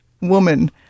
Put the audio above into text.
woman